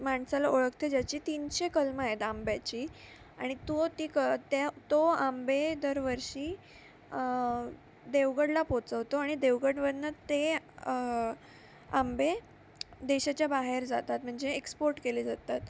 माणसाला ओळखते ज्याची तीनशे कलमं आहेत आंब्याची आणि तो ती क त्या तो आंबे दरवर्षी देवगडला पोहचवतो आणि देवगडवरनं ते आंबे देशाच्या बाहेर जातात म्हणजे एक्सपोट केले जातात